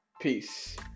Peace